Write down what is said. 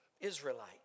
Israelite